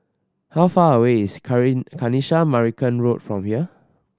how far away is Kanisha Marican Road from here